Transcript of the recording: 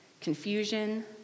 confusion